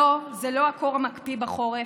לא, זה לא הקור המקפיא בחורף,